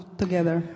together